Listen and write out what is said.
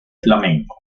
flamenco